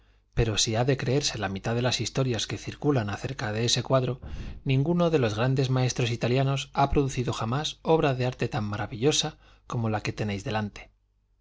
pero si ha de creerse la mitad de las historias que circulan acerca de este cuadro ninguno de los grandes maestros italianos ha producido jamás obra de arte tan maravillosa como la que tenéis delante